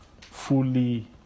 fully